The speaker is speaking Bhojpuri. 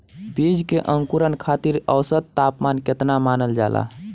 बीज के अंकुरण खातिर औसत तापमान केतना मानल जाला?